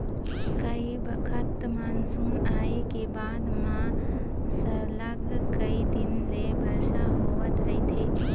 कइ बखत मानसून आए के बाद म सरलग कइ दिन ले बरसा होवत रहिथे